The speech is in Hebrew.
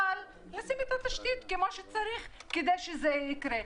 אבל לשים את התשתית כמו שצריך כדי שזה יקרה.